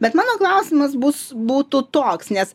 bet mano klausimas bus būtų toks nes